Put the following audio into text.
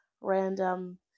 random